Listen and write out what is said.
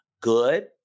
good